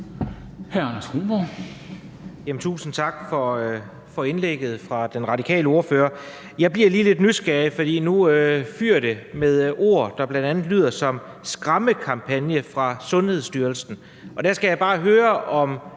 Tusind tak for indlægget fra den radikale ordfører. Jeg bliver lidt nysgerrig, for nu fyger det med ord, bl.a. »skræmmekampagne fra Sundhedsstyrelsen«. Der skal jeg bare høre: